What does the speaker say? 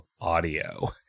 audio